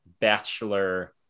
bachelor